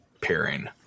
pairing